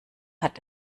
hat